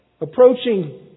approaching